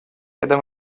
когда